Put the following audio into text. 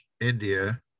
India